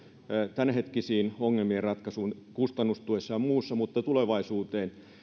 tämänhetkisten ongelmien ratkaisuun kustannustuessa ja muussa mutta tulevaisuuteen